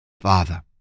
Father